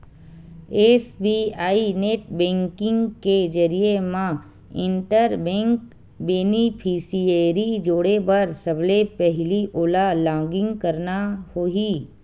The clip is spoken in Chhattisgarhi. एस.बी.आई नेट बेंकिंग के जरिए म इंटर बेंक बेनिफिसियरी जोड़े बर सबले पहिली ओला लॉगिन करना होही